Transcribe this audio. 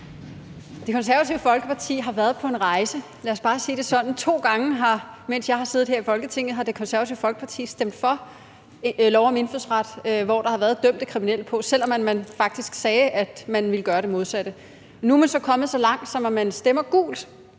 Det Konservative Folkeparti har været på en rejse – lad os bare sige det sådan. To gange, mens jeg har siddet her i Folketinget, har Det Konservative Folkeparti stemt for lovforslag om indfødsret, hvor der har været dømte kriminelle på, selv om man faktisk sagde, at man ville gøre det modsatte. Nu er man så kommet så langt, at man stemmer gult,